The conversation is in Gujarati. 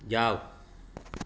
જાવ